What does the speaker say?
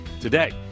today